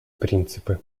принципы